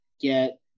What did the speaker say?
get